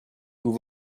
nous